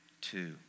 two